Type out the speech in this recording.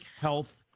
health